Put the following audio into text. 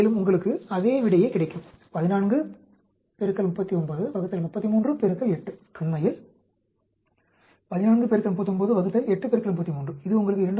மேலும் உங்களுக்கு அதே விடையே கிடைக்கும் 14 39 ÷ 33 8 உண்மையில் 14 39 ÷ 8 33 இது உங்களுக்கு 2